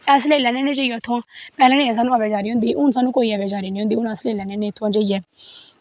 अस लेई लैन्ने होने जाईयै उत्थमां दा पैह्लैं असैं अवाचारी होंदी ही हून असैं कोई अवाचारी नी होंदी हून अस लेई लैन्ने होने इत्थमां दा जाईयै